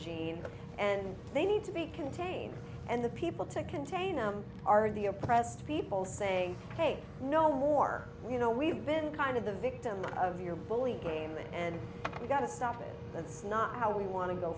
gene and they need to be contained and the people to contain them are the oppressed people saying hey no more you know we've been kind of the victim of your bully game and you've got to stop it that's not how we want to go